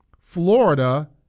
Florida